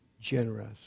generous